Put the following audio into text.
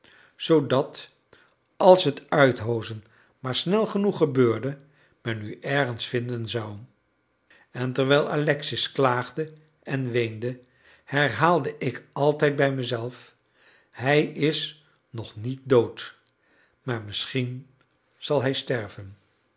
zoodat als het uithoozen maar snel genoeg gebeurde men u ergens vinden zou en terwijl alexis klaagde en weende herhaalde ik altijd bij mezelf hij is nog niet dood maar misschien zal hij sterven